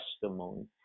testimony